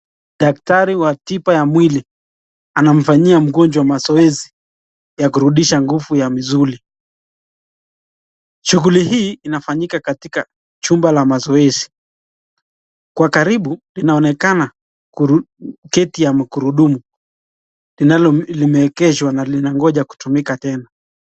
Daktari wa tiba ya mwili anamfanyia mgonjwa mazoezi ya kurudisha nguvu ya misuli. Shughuli hii inafanyika katika chumba la mazoezi. Kwa karibu inaonekana kiketi ya magurudumu linaloegeshwa na linangoja kutumika tena.